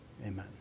amen